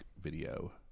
video